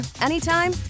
anytime